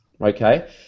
okay